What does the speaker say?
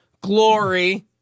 glory